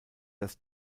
das